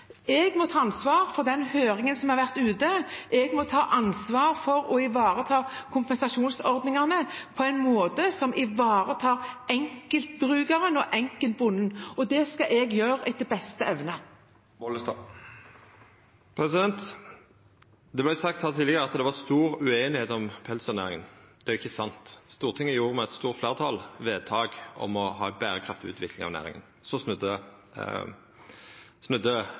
Jeg må ta ansvar for den høringen som har vært. Jeg må ta ansvar for å ivareta kompensasjonsordningen på en måte som ivaretar enkeltbrukeren og enkeltbonden. Det skal jeg gjøre etter beste evne. Det vart sagt her tidlegare at det var stor ueinigheit om pelsdyrnæringa. Det er ikkje sant. Stortinget fatta med stort fleirtal eit vedtak om å ha ei berekraftig utvikling av næringa. Så snudde